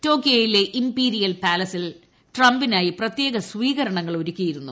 ടോക്കിയോയിലെ imperial പാലസിൽ ട്രംപിനായി പ്രത്യേക സ്വീകരണങ്ങൾ ഒരുക്കിയിരുന്നു